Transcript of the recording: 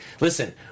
listen